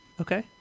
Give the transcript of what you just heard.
Okay